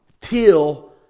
till